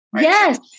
Yes